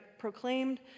proclaimed